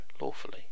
lawfully